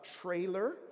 trailer